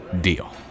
Deal